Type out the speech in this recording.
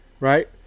Right